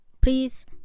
Please